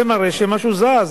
זה מראה שמשהו זז.